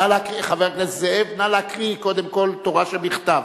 חבר הכנסת זאב, נא להקריא קודם כול תורה שבכתב.